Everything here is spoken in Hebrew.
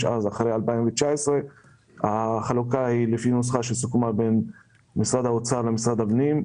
אחרי 2019. החלוקה היא לפי נוסחה שסוכמה משרד האוצר למשרד הפנים.